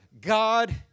God